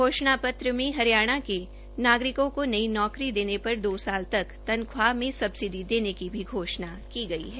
घोषणा पत्र में हरियाणा के नागरिकों को नौकरी देने पर दो साल तक तन्ख्वाह मे सबसिडी देने की भी घोषणा की गई है